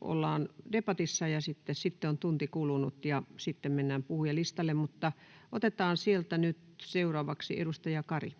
ollaan debatissa, ja sitten on tunti kulunut ja mennään puhujalistalle. — Otetaan sieltä nyt seuraavaksi edustaja Kari.